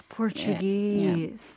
Portuguese